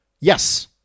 Yes